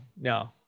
no